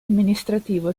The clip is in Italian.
amministrativo